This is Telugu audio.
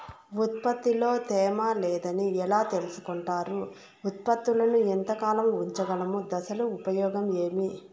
ఉత్పత్తి లో తేమ లేదని ఎలా తెలుసుకొంటారు ఉత్పత్తులను ఎంత కాలము ఉంచగలము దశలు ఉపయోగం ఏమి?